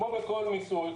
כמו בכל מיסוי,